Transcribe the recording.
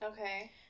Okay